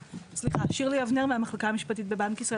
שירלי אבנר מהמחלקה המשפטית בבנק ישראל.